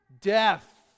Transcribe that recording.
death